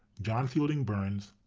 john fielding burns,